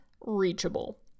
reachable